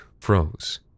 froze